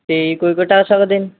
ਅਤੇ ਕੋਈ ਘਟਾ ਸਕਦੇ ਨੇ